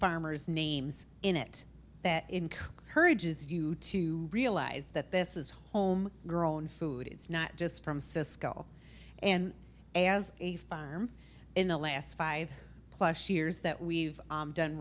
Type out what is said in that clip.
farmers names in it that encourages you to realize that this is home grown food it's not just from cisco and as a farm in the last five plus years that we've done